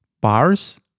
bars